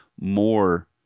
more